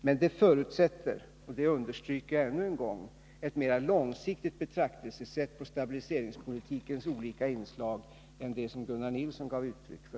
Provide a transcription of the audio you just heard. Men det förutsätter — det understryker jag ännu en gång — ett mer långsiktigt betraktelsesätt på stabiliseringspolitikens olika inslag än det som Gunnar Nilsson nyss gav uttryck för.